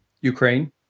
Ukraine